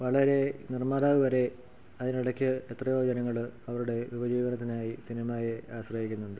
വളരേ നിർമ്മാതാവു വരെ അതിനിടയ്ക്ക് എത്രയോ ജനങ്ങൾ അവരുടെ ഉപജീവനത്തിനായി സിനിമയെ ആശ്രയിക്കുന്നുണ്ട്